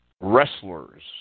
wrestlers